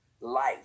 life